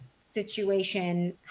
situation